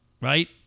right